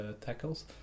tackles